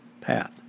path